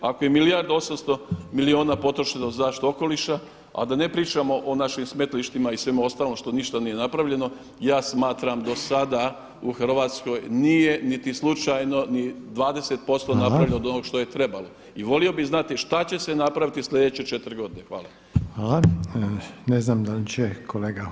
Ako je milijardu 800 milijuna potrošeno za zaštitu okoliša, a da ne pričamo o našim smetlištima i svemu ostalom što ništa nije napravljeno, ja smatram do sada u Hrvatskoj nije niti slučajno ni 20% napravljeno od onog što je trebalo [[Upadica Reiner: Hvala.]] i volio bih znati šta će se napraviti sljedeće četiri godine.